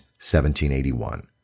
1781